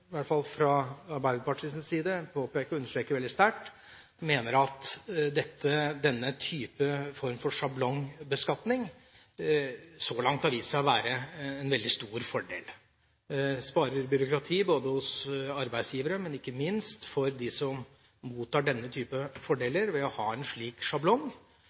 hvert fall fra Arbeiderpartiets side påpeke og understreke veldig sterkt at denne form for sjablongbeskatning så langt har vist seg å være en veldig stor fordel. Det sparer byråkrati for arbeidsgivere og ikke minst for dem som mottar denne type fordeler, å ha en slik sjablong.